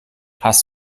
hast